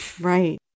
Right